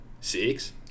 six